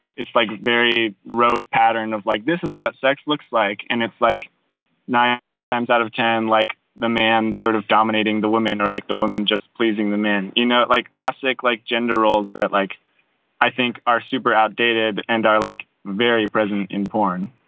it's like mary wrote pattern of like this is what sex looks like. and it's like nine and times out of ten, like the man sort of dominating the woman or like the woman just pleasing the man, you know, like classic like gender roles that like i think are super outdated. and i like very present in porn.